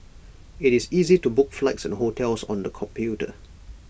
IT is easy to book flights and hotels on the computer